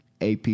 AP